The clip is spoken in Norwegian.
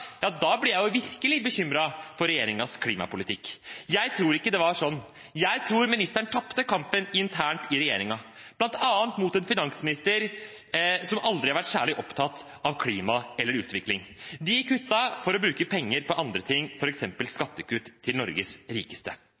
blir jeg virkelig bekymret for regjeringens klimapolitikk. Jeg tror ikke det var sånn. Jeg tror ministeren tapte kampen internt i regjeringen, bl.a. mot en finansminister som aldri har vært særlig opptatt av klima eller utvikling. De kuttet for å bruke penger på andre ting, f.eks. skattekutt til Norges rikeste.